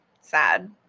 sad